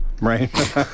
Right